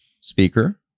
speaker